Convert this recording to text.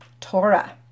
Torah